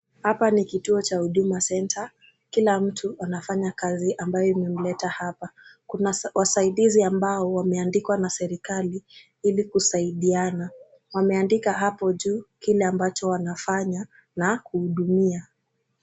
Hapa ni kituo cha Huduma Centre. Kila mtu anafanya kazi ambayo imemleta hapa. Kuna wasaidizi ambao wameandikwa na serekali ili kusaidiana. Wameandika hapo juu kile ambacho wanafanya na kuhudumia.